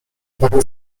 panie